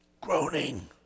groaning